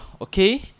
okay